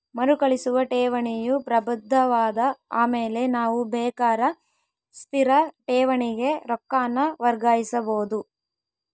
ಮರುಕಳಿಸುವ ಠೇವಣಿಯು ಪ್ರಬುದ್ಧವಾದ ಆಮೇಲೆ ನಾವು ಬೇಕಾರ ಸ್ಥಿರ ಠೇವಣಿಗೆ ರೊಕ್ಕಾನ ವರ್ಗಾಯಿಸಬೋದು